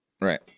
Right